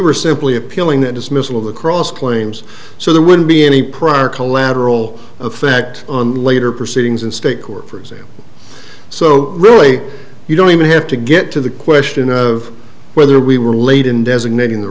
were simply appealing that dismissal of the cross claims so there wouldn't be any prior collateral effect on later proceedings in state court for example so really you don't even have to get to the question of whether we were late in designating the